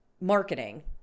marketing